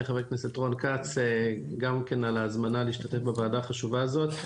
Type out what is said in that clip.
חבר הכנסת רון כץ גם כן על ההזמנה להשתתף בוועדה החשובה הזו,